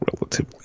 relatively